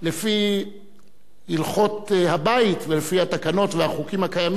לפי הלכות הבית ולפי התקנות והחוקים הקיימים,